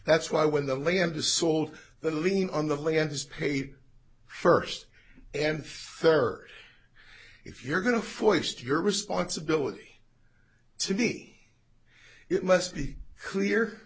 that's why when the land to sold the lien on the land is paid first and third if you're going to force your responsibility to me it must be clear